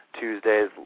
Tuesday's